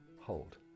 Hold